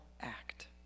act